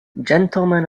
gentlemen